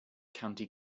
county